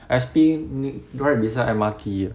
S_P n~ right beside M_R_T eh